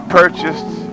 purchased